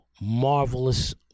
marvelous